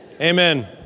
Amen